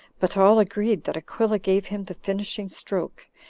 but all agree that aquila gave him the finishing stroke,